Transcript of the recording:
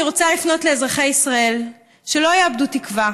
אני רוצה לפנות לאזרחי ישראל שלא יאבדו תקווה.